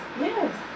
yes